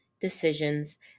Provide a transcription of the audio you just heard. decisions